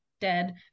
dead